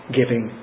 giving